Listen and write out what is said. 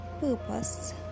purpose